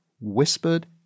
whispered